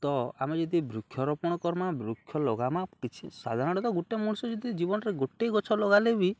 ତ ଆମେ ଯଦି ବୃକ୍ଷରୋପଣ କରମା ବୃକ୍ଷ ଲଗମା କିଛି ସାଧାରଣତଃ ଗୋଟେ ମଣିଷ ଯଦି ଜୀବନରେ ଗୋଟେ ଗଛ ଲଗାଇଲେ ବି